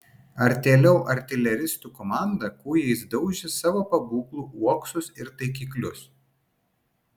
artėliau artileristų komanda kūjais daužė savo pabūklų uoksus ir taikiklius